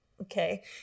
okay